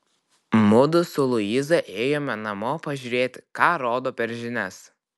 mudu su luiza ėjome namo pažiūrėti ką rodo per žinias